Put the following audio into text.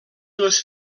les